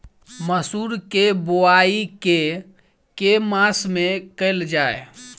मसूर केँ बोवाई केँ के मास मे कैल जाए?